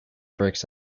bricks